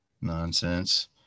nonsense